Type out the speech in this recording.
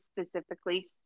specifically